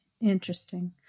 Interesting